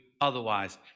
otherwise